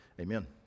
Amen